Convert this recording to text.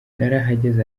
narahageze